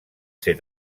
ser